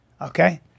Okay